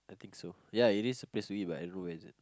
think so ya it is basically but everywhere is a thing so